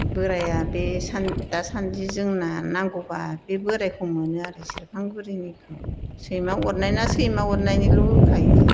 बोरायआ बे दासान्दि जोंना नांगौबा बे बोरायखौ मोनो आरो सेरफांगुरिनिखौ सैमा अरनाय ना सैमा अरनायनिल' होखायो